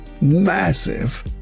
massive